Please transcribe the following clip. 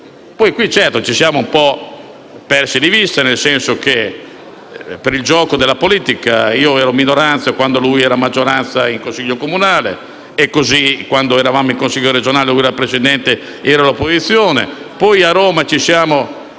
poi ci siamo un po' persi di vista, nel senso che, per il gioco della politica, come io ero minoranza quando lui era maggioranza in Consiglio comunale e, quando eravamo in Consiglio regionale, lui era Presidente mentre io ero all'opposizione, così a Roma ci siamo